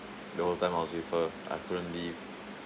the whole time I was with her I couldn't leave